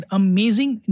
amazing